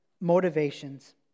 motivations